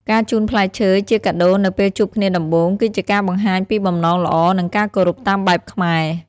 ការជូនផ្លែឈើជាកាដូនៅពេលជួបគ្នាដំបូង គឺជាការបង្ហាញពីបំណងល្អ និងការគោរពតាមបែបខ្មែរ។